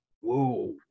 whoa